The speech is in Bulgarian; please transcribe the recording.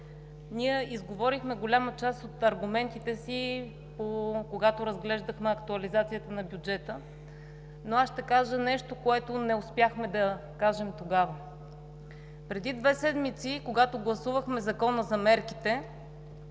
Ние изговорихме голяма част от аргументите си, когато разглеждахме актуализацията на бюджета, но аз ще кажа нещо, което не успяхме да кажем тогава. Преди две седмици, когато гласувахме Закона за мерките,